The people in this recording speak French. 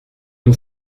une